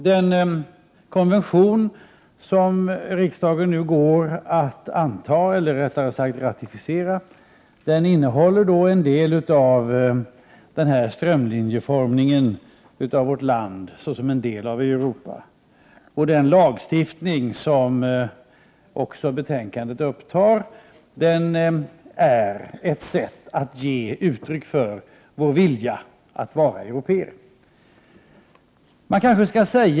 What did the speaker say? Den konvention som riksdagen nu går att anta, eller rättare sagt ratificera, innehåller en del av denna strömlinjeformning av vårt land såsom en del av Europa. Den lagstiftning som betänkandet upptar är ett sätt att ge uttryck för vår vilja att vara européer.